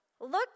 looked